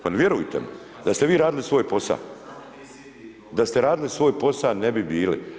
Pa ne vjerujte mi da ste vi radili svoj posao, da ste radili svoj posao, ne bi bili.